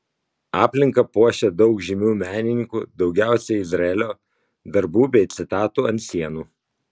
aplinką puošia daug žymių menininkų daugiausiai izraelio darbų bei citatų ant sienų